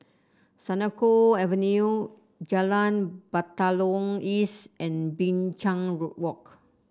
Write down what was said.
Senoko Avenue Jalan Batalong East and Binchang Road Walk